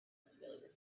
familiar